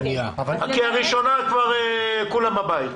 כי הראשונה, כבר כולם בבית.